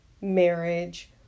marriage